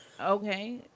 okay